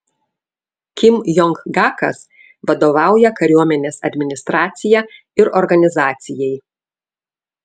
kim jong gakas vadovauja kariuomenės administracija ir organizacijai